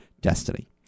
destiny